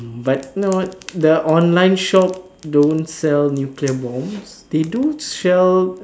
but no the online shop don't sell nuclear bombs they do sell